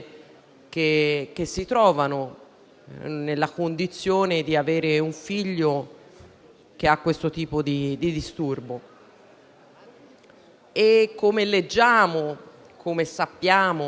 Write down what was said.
che si trovano nella condizione di avere un figlio che ha questo tipo di disturbo. Come leggiamo e sappiamo